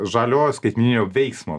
žaliojo skaitmeninio veiksmo